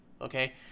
okay